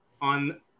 on